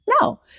No